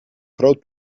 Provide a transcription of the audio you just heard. groot